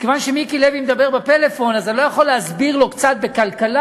מכיוון שמיקי לוי מדבר בפלאפון אני לא יכול להסביר לו קצת בכלכלה,